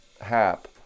Hap